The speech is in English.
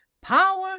power